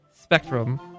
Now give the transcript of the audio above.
spectrum